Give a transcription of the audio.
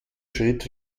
schritt